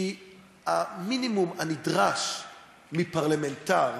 כי המינימום הנדרש מפרלמנטר,